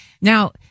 Now